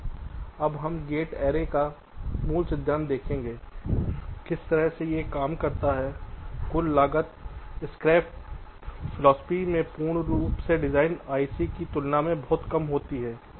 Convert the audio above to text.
अब हम gate array का मूल सिद्धांत देखेंगे किस तरह से यह तरह से बनाया गया है किस काम करता है कुल लागत स्क्रैच फिलोसॉफी में पूर्ण रूप से डिज़ाइन आईसी की तुलना में बहुत कम हो जाती है